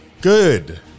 Good